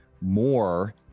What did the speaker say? more